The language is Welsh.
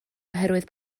oherwydd